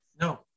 No